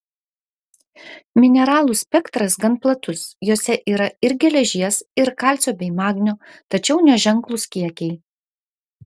mineralų spektras gan platus jose yra ir geležies ir kalcio bei magnio tačiau neženklūs kiekiai